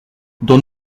dans